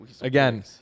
Again